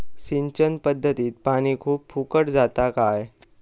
सिंचन पध्दतीत पानी खूप फुकट जाता काय?